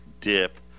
dip